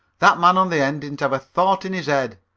that man on the end didn't have a thought in his head.